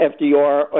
FDR